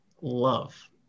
love